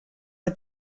are